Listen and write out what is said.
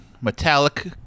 metallic